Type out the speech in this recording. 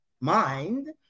mind